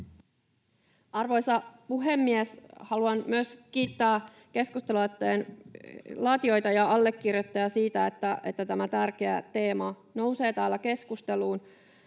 Arvoisa puhemies! Haluan myös kiittää keskustelualoitteen laatijoita ja allekirjoittajia siitä, että tämä tärkeä teema nousee täällä keskusteluun.